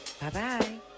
Bye-bye